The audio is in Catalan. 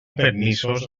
permisos